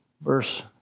Verse